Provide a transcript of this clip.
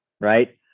right